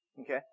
Okay